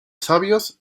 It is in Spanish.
sabios